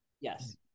Yes